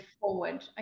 forward